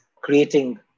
creating